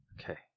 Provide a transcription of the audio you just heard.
Okay